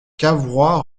cavrois